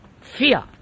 fear